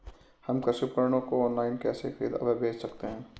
हम कृषि उपकरणों को ऑनलाइन कैसे खरीद और बेच सकते हैं?